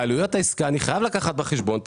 בעלויות העסקה אני חייב לקחת בחשבון את